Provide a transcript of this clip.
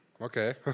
okay